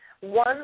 One